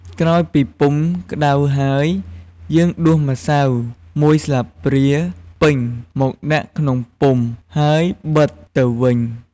ក្រោយពីពុម្ពក្ដៅហើយ យើងដួសម្សៅមួយស្លាបព្រាពេញមកដាក់ក្នុងពុម្ព ហើយបិទទៅវិញ។